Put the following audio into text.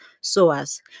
SOAS